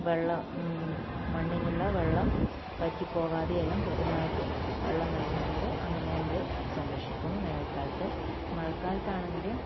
വെള്ളം മണ്ണിനുള്ള വെള്ളം വറ്റിപ്പോകാതെ എല്ലാം കൃത്യമായിട്ട് വെള്ളം നൽകിക്കൊണ്ട് അങ്ങനെ നമ്മൾ സംരക്ഷിക്കും വേനൽക്കാലത്ത് മഴക്കാലത്ത് ആണെങ്കിൽ